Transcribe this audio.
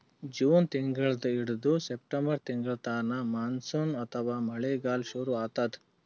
June ತಿಂಗಳಿಂದ್ ಹಿಡದು September ತಿಂಗಳ್ತನಾ ಮಾನ್ಸೂನ್ ಅಥವಾ ಮಳಿಗಾಲ್ ಶುರು ಆತದ್